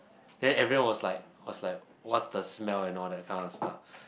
then everyone was like was like what's the smell and all that kind of stuff